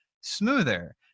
smoother